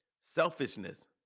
Selfishness